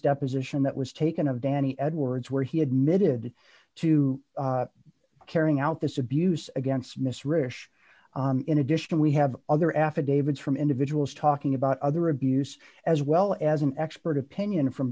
deposition that was taken of danny edwards where he admitted to carrying out this abuse against miss rich in addition we have other affidavits from individuals talking about other abuse as well as an expert opinion from